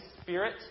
Spirit